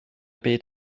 byd